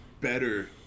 better